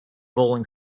bowling